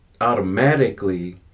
automatically